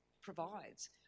provides